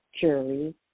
jury